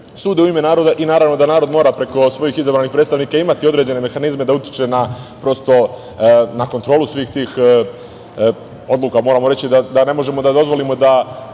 sude u ime naroda i naravno da narod mora preko svojih izabranih predstavnika imati određene mehanizme da utiče na kontrolu svih tih odluka. Moramo reći da ne možemo da dozvolimo da